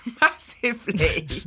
Massively